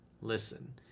listen